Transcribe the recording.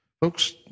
Folks